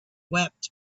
wept